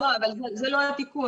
לא, אבל זה לא התיקון.